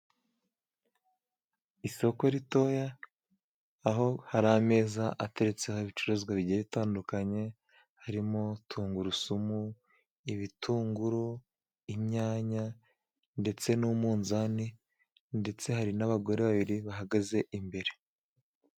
Isoko ritoya, aho hari ameza ateretseho ibicuruzwa bigiye bitandukanye harimo tungurusumu, ibitunguru, inyanya ndetse n'umunzani, ndetse hari n'abagore babiri bahagaze imbere.